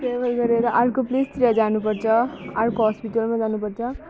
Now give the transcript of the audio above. farewell गरेर अर्को प्लेसतिर जानुपर्छ अर्को हस्पिटलमा जानुपर्छ